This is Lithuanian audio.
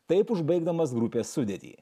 taip užbaigdamas grupės sudėtį